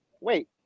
Wait